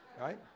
Right